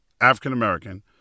African-American